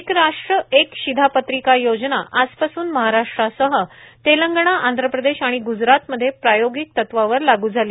एक राष्ट्र एक शिधापत्रिका योजना आजपासून महाराष्ट्रासह तेलंगणा आंधप्रदेश आणि ग्जरातमध्ये प्रायोगिक तत्वावर लागू झाली